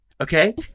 Okay